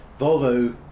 Volvo